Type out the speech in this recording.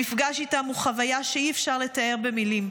המפגש איתם הוא חוויה שאי-אפשר לתאר במילים.